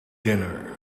dinner